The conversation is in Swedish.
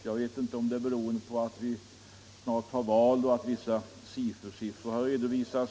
Jag vet inte om Torsdagen den det beror på alt vi snart har val och att vissa SIFÖ-silffror har redovisats.